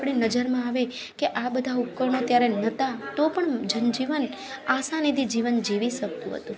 આપણી નજરમાં આવે કે આ બધા ઉપકરણો ત્યારે નહોતા તો પણ જન જીવન આસનાથી જીવન જીવી શકતું હતું